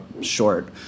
short